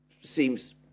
seems